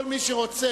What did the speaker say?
כל מי שרוצה